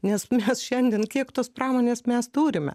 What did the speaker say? nes mes šiandien kiek tos pramonės mes turime